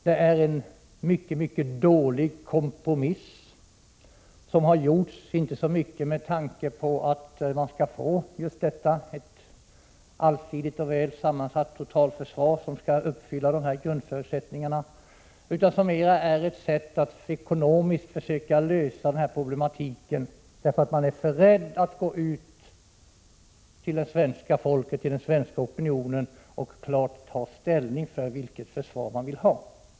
Det är en dålig kompromiss som har gjorts inte så mycket med tanke på att man skall få ett allsidigt och väl sammansatt totalförsvar, som uppfyller grundförutsättningarna, utan det blir mera fråga om ett sätt att ekonomiskt försöka lösa problematiken, därför att man är för rädd att gå ut till den svenska opinionen och klart ta ställning, vilket försvar man vill ha.